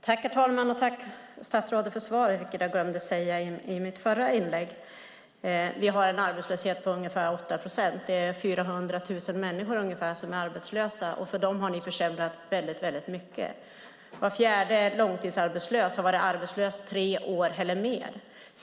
Herr talman! Tack för svaret, statsrådet! Det glömde jag säga i mitt förra inlägg. Vi har en arbetslöshet på ungefär 8 procent. Det är ca 400 000 människor som är arbetslösa, och för dem har ni försämrat väldigt mycket. Var fjärde långtidsarbetslös har varit arbetslös i tre år eller mer.